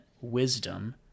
wisdom